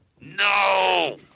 No